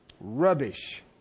rubbish